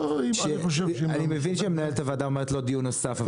אני מבין שמנהלת הוועדה אומרת דיון נוסף.